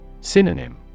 Synonym